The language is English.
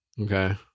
Okay